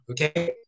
Okay